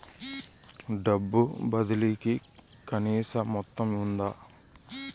డబ్బు బదిలీ కి కనీస మొత్తం ఉందా?